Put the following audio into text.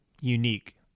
unique